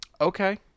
Okay